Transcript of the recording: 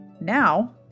now